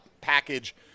package